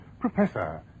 Professor